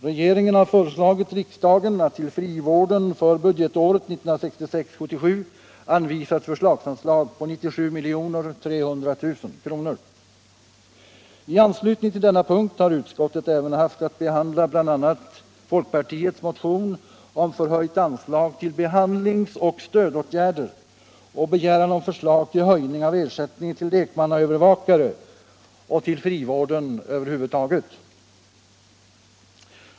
Regeringen har föreslagit riksdagen att till Frivården för budgetåret 1976/77 anvisa ett förslagsanslag av 97 300 000 kr. Under denna punkt har utskottet även haft att behandla bl.a. folkpartiets motion om förhöjt anslag till behandlingsoch stödåtgärder och begäran om förslag till höjning av ersättningen till lekmannaövervakare samt till frivården över huvud taget.